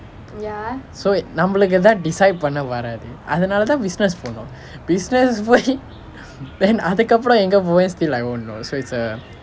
so it நம்மளுக்கு தான்:nammalukku thaan decide பண்ண வராது அதனால தான்:panna varaathu athanaala thaan business போனோம்:ponom business போய்:poi then அதுக்கு அப்புறம் எங்க போக:athukku appuram enga poka still I won't know so it's a